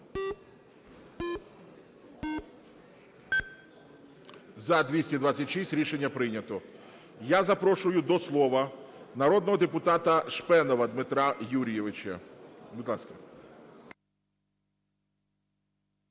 За-226 Рішення прийнято. Я запрошую до слова народного депутата Шпенова Дмитра Юрійовича.